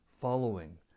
following